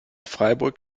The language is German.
freiburg